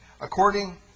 according